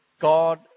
God